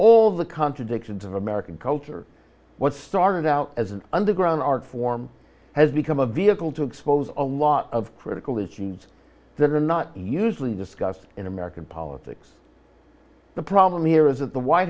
all the contradictions in american culture what started out as an underground art form has become a vehicle to expose a lot of critical is genes that are not usually discussed in american politics the problem here is that the white